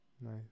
Nice